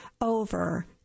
over